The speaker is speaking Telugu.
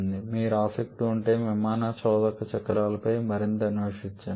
మీకు ఆసక్తి ఉంటే మీరు ఈ విమాన చోదక చక్రాలపై మరింత అన్వేషించవచ్చు